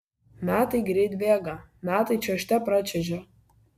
metai greit bėga metai čiuožte pračiuožia